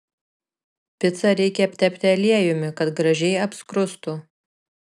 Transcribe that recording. picą reikia aptepti aliejumi kad gražiai apskrustų